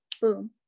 boom